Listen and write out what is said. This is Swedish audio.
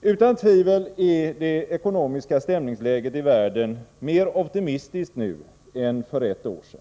Utan tvivel är det ekonomiska stämningsläget i världen mer optimistiskt nu än för ett år sedan.